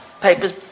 papers